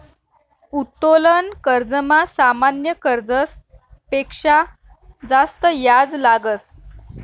उत्तोलन कर्जमा सामान्य कर्जस पेक्शा जास्त याज लागस